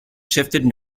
shifted